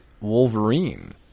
Wolverine